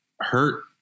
hurt